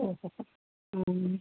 ओहोहो